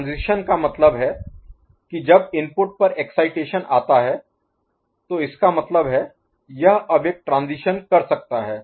transition का मतलब है कि जब इनपुट पर एक्साइटेशन आता है तो इसका मतलब है यह अब एक ट्रांजीशन कर सकता है